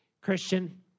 Christian